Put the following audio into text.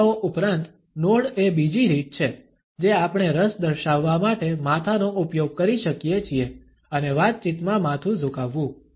શ્રોતાઓ ઉપરાંત નોડ એ બીજી રીત છે જે આપણે રસ દર્શાવવા માટે માથાનો ઉપયોગ કરી શકીએ છીએ અને વાતચીતમાં માથું ઝુકાવવું